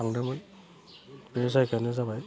थादोंमोन बे जायगायानो जाबाय